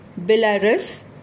Belarus